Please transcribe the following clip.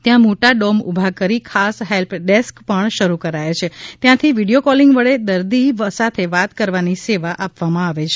ત્યાં મોટા ડોમ ઊભા કરી ખાસ હેલ્પ ડેસ્ક પણ શરૂ કરાયા છે ત્યાંથી વિડીયો કોલિંગ વડે દર્દી સાથે વાત કરવવાની સેવા આપવામાં આવે છે